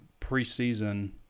preseason